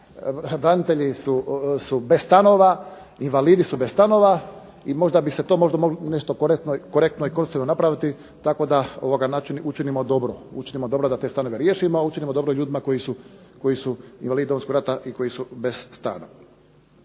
prazni, branitelji su bez stanova, invalidi su bez stanova i možda bi se to možda moglo nešto korektno i konstruktivno napraviti tako da učinimo dobro, učinimo dobro da te stanove riješimo, a učinimo dobro ljudima koji su invalidi Domovinskog rata i koji su bez stana.